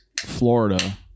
Florida